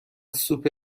سوپ